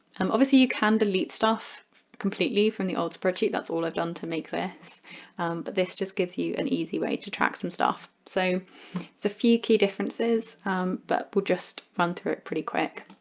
um obviously you can delete stuff completely from the old spreadsheet that's all i've done to make this but this just gives you an easy way to track some stuff. so a few key differences but we'll just run through it pretty quick.